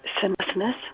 sinlessness